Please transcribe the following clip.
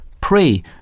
Pray